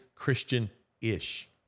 Christian-ish